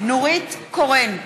נורית קורן,